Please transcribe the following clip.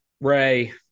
Ray